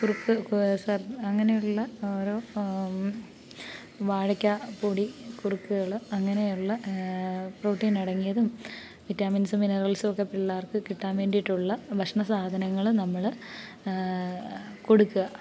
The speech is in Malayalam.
കുറുക്ക് പായസം അങ്ങനെയുള്ള ഒരു വാഴക്കാപൊടി കുറുക്കുകള് അങ്ങനെയുള്ള പ്രോട്ടീൻ അടങ്ങിയതും വിറ്റമിൻസും മിനറൽസും ഒക്കെ പിള്ളേർക്ക് കിട്ടാൻവേണ്ടിയിട്ടുള്ള ഭക്ഷണ സാധനങ്ങള് നമ്മള് കൊടുത്ത്